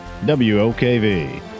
WOKV